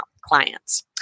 clients